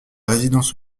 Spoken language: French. résidence